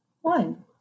one